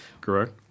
Correct